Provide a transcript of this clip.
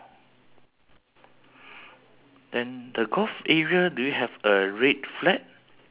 golf ball is with the guy right ya